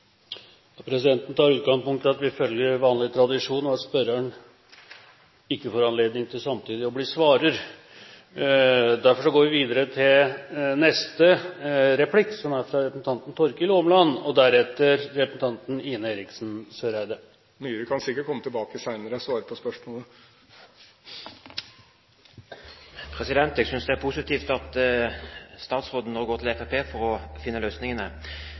Presidenten tar utgangspunkt i at vi følger vanlig tradisjon, at spørreren ikke får anledning til samtidig å bli svarer. Derfor går vi videre til neste replikk – fra Torkil Åmland. Myhre kan sikkert komme tilbake senere og svare på spørsmålet. Jeg synes det er positivt at statsråden nå går til Fremskrittspartiet for å finne løsningene.